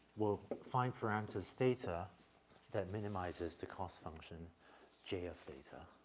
we'll find parameters theta that minimizes the cost function j of theta,